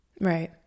Right